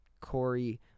Corey